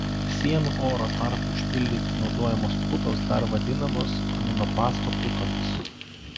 sienų oro tarpui užpildyti naudojamos putos dar vadinamos aminoplasto putomis